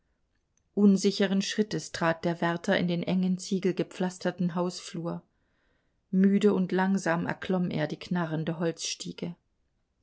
unsicheren schrittes trat der wärter in den engen ziegelgepflasterten hausflur müde und langsam erklomm er die knarrende holzstiege